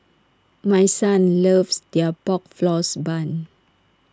my son loves their Pork Floss Bun